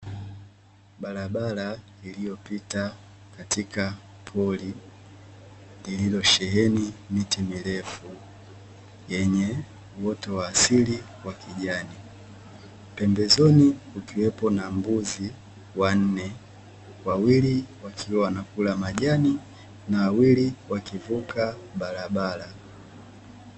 Barabara iliyopita katika pori lililosheheni miti mirefu yenye uoto wa asili wa kijani, pembezoni kukiwepo na mbuzi wanne, wawili wakiwa wanakula majani na wawili wakivuka barabara.